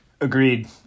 Agreed